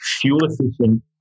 fuel-efficient